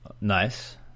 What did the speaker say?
Nice